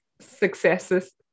successes